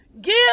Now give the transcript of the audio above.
give